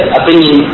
opinion